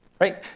right